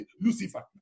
Lucifer